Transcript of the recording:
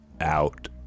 out